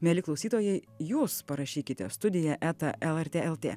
mieli klausytojai jūs parašykite studija eta lrt lt